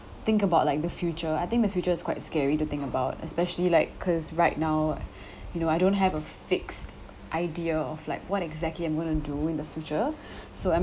think about like the future I think the future is quite scary to think about especially like cause right now you know I don't have a fixed idea of like what exactly I'm going to do in the future so I'm